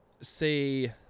say